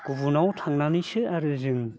गुबुनाव थांनानैसो आरो जों